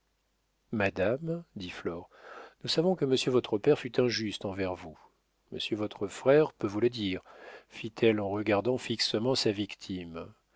madame dit flore nous savons que monsieur votre père fut injuste envers vous monsieur votre frère peut vous le dire fit-elle en regardant fixement sa victime